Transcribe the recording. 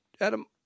Adam